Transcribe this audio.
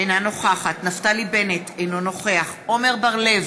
אינה נוכחת נפתלי בנט, אינו נוכח עמר בר-לב,